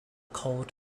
colt